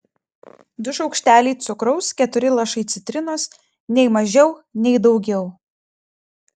du šaukšteliai cukraus keturi lašai citrinos nei mažiau nei daugiau